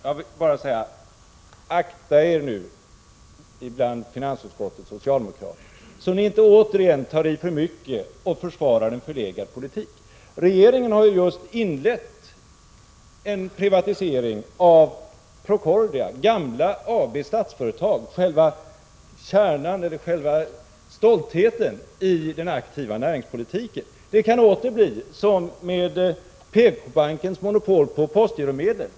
Jag vill bara säga: Akta er nu, finansutskottets socialdemokrater, så att ni inte återigen tar i för mycket och försvarar en förlegad politik! Regeringen har ju just inlett en privatisering av Procordia, gamla AB Statsföretag, själva kärnan och stoltheten i den aktiva näringspolitiken. Det kan åter bli så med PKbankens monopol på postgiromedel.